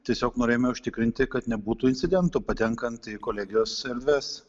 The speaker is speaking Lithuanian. tiesiog norėjome užtikrinti kad nebūtų incidentų patenkant į kolegijos erdves